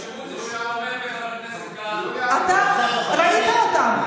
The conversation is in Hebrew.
אתה ראית אותם,